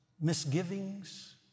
misgivings